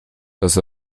dass